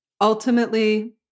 ultimately